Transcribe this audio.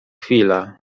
chwila